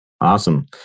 Awesome